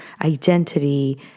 identity